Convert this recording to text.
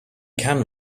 can